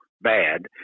bad